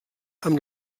amb